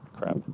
Crap